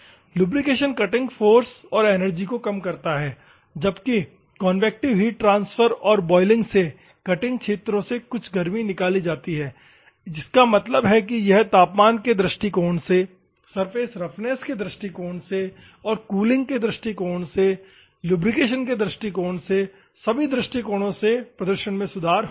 lubrication cutting force और energy को कम करता है जबकि कन्वेक्टिव हीट ट्रांसफर और बोइलिंग से कटिंग क्षेत्रों से कुछ गर्मी निकाली जाती है इसका मतलब है कि यह तापमान के दृष्टिकोण से सरफेस रफनेस के दृष्टिकोण से और कूलिंग के दृष्टिकोण से लुब्रिकेशन के दृष्टिकोण से सभी दृष्टिकोणों से प्रदर्शन में सुधार करेगा